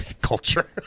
culture